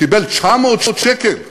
קיבל 900 שקל,